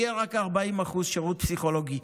יהיה רק 40% שירות פסיכולוגי.